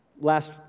last